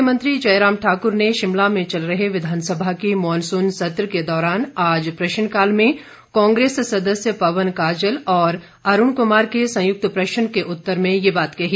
मुख्यमंत्री जयराम ठाक्र ने शिमला में चल रहे विधानसभा के मॉनसून सत्र के दौरान आज प्रश्नकाल में कांग्रेस सदस्य पवन काजल और अरूण कुमार के संयुक्त प्रश्न के उत्तर में ये बात कही